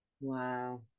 Wow